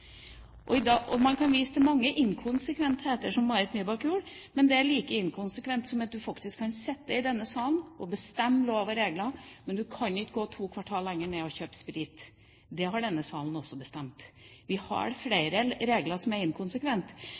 Man kan vise til mange inkonsekvenser, som Marit Nybakk gjorde, men det er like inkonsekvent som at man faktisk kan sitte i denne salen og bestemme lover og regler, men man kan ikke gå to kvartaler lenger ned og kjøpe sprit. Det har denne salen også bestemt. Vi har flere regler som er